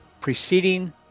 preceding